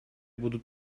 будут